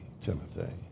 Timothy